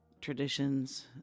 traditions